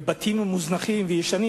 ובמקום בתים מוזנחים וישנים